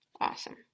Awesome